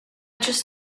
just